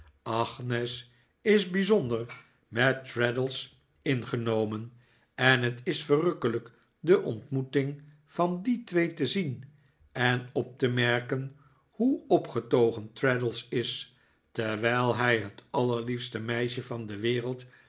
agnes is bijzonder met traddles ingenomen en het is verrukkelijk de ontmoeting van die twee te zien en op te merken hoe opgetogen traddles is terwijl hij het allerliefste meisje van de wereld